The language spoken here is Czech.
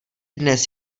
dnes